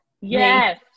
Yes